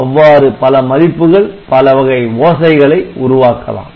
அவ்வாறு பல மதிப்புகள் பலவகை ஓசைகளை உருவாக்கலாம்